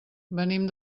venim